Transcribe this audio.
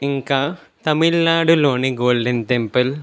ఇంకా తమిళనాడులోని Golden temple